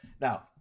Now